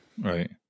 Right